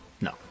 no